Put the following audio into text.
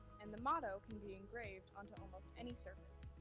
and the motto can be engraved onto and almost any surface.